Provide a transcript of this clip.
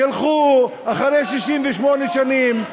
תלכו, אחרי 68 שנים,